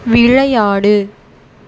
விளையாடு